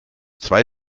zwei